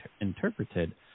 interpreted